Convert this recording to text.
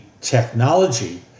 technology